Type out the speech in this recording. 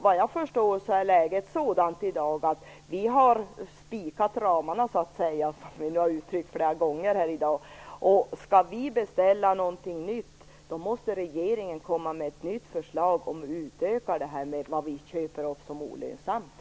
Vad jag förstår är läget sådant att vi har "spikat ramarna", så om vi skall beställa något nytt måste regeringen komma med ett nytt förslag om en utökning av vad vi köper upp som olönsamt.